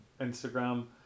Instagram